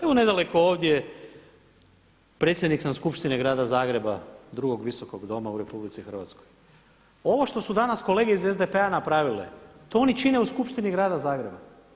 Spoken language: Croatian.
Evo nedaleko ovdje, predsjednik sam Skupštine Grada Zagreba, drugog visokog doma u RH, ovo što su danas kolege iz SDP-a napravile to oni čine u skupštini Grada Zagreba.